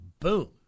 Boom